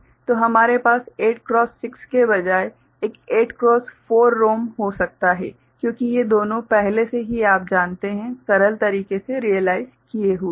तो हमारे पास 8 क्रॉस 6 के बजाय एक 8 क्रॉस 4 रोम हो सकता है क्योंकि ये दोनों पहले से ही आप जानते हैं सरल तरीके से रियलाइज किए हुए है